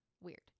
Weird